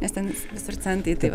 nes ten visur centai tai va